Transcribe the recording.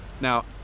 Now